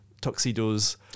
tuxedos